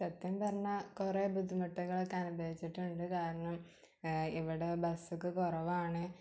സത്യം പറഞ്ഞാൽ കുറേ ബുദ്ധിമുട്ടുകളൊക്കെ അനുഭവിച്ചിട്ടുണ്ട് കാരണം ഇവിടെ ബസ്സൊക്കെ കുറവാണ്